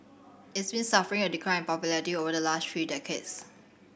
it has been suffering a decline in popularity over the last three decades